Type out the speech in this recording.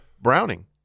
Browning